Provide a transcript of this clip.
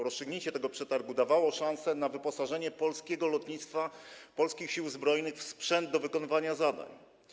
Rozstrzygnięcie tego przetargu dawało szansę na wyposażenie polskiego lotnictwa, polskich Sił Zbrojnych w sprzęt do wykonywania zadań.